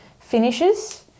finishes